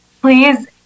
please